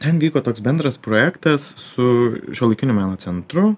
ten vyko toks bendras projektas su šiuolaikinio meno centru